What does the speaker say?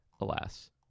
Alas